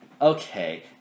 Okay